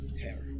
hair